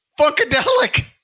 Funkadelic